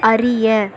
அறிய